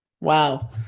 wow